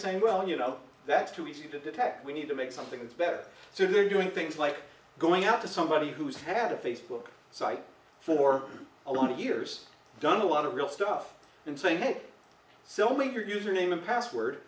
saying well you know that's too easy to detect we need to make something better so they're doing things like going out to somebody who's had a facebook site for a lot of years done a lot of real stuff and saying hey sell me your username and password